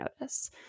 notice